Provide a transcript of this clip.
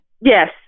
Yes